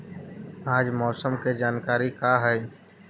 आज मौसम के जानकारी का हई?